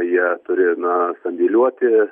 jie turi na sandėliuoti